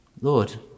Lord